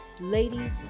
ladies